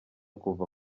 kuva